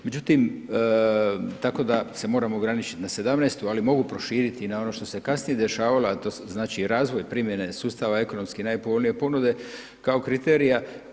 Međutim, tako da se moramo ograničit na '17., ali mogu proširiti i na ono što se kasnije dešavalo, a to znači razvoj primjene sustava ekonomski najpovoljnije ponude kao kriterija.